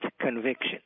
conviction